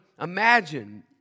imagine